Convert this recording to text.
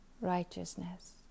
righteousness